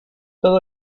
todo